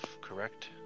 correct